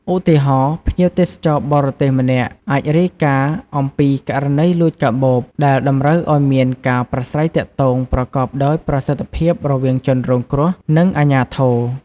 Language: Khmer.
ឧទាហរណ៍ ភ្ញៀវទេសចរបរទេសម្នាក់អាចរាយការណ៍អំពី ករណីលួចកាបូប ដែលតម្រូវឱ្យមានការប្រាស្រ័យទាក់ទងប្រកបដោយប្រសិទ្ធភាពរវាងជនរងគ្រោះ និងអាជ្ញាធរ។